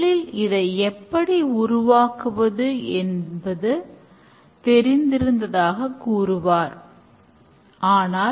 மேலும் தேவைகள் அனைத்தும் புரோடக்ட் பேக்லாக் ல் சேமிக்கப்படுகின்றன